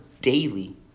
daily